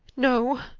no,